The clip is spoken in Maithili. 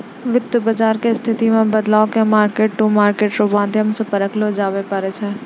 वित्त बाजार के स्थिति मे बदलाव के मार्केट टू मार्केट रो माध्यम से परखलो जाबै पारै छै